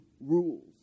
rules